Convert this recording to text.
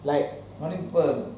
like